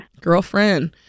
Girlfriend